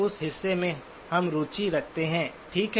उस हिस्से में हम रुचि रखते हैं ठीक है